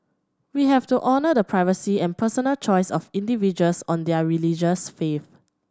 we have to honour the privacy and personal choice of individuals on their religious faith